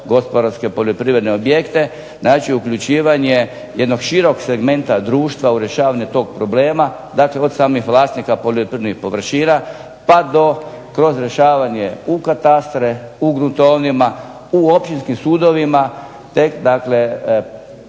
gospodarske poljoprivredne objekte, znači uključivanje jednog širog segmenta društva u rješavanju tog problema, dakle od samih vlasnika poljoprivrednih površina, pa do, kroz rješavanje u katastre, u gruntovnima, u općinskim sudovima, te dakle